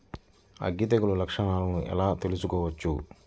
అగ్గి తెగులు లక్షణాలను ఎలా తెలుసుకోవచ్చు?